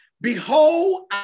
Behold